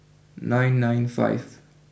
nine nine five